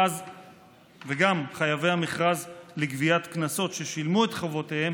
וגם חייבי המרכז לגביית קנסות ששילמו את חובותיהם